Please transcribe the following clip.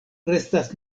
restas